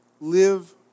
live